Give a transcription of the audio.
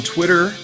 Twitter